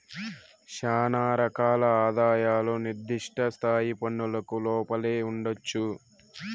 శానా రకాల ఆదాయాలు నిర్దిష్ట స్థాయి పన్నులకు లోపలే ఉండొచ్చు